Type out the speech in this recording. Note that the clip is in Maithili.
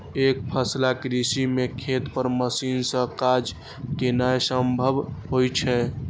एकफसला कृषि मे खेत पर मशीन सं काज केनाय संभव होइ छै